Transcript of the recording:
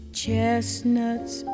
chestnuts